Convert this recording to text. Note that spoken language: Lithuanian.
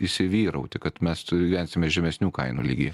įsivyrauti kad mes gyvensime žemesnių kainų lygyje